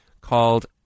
called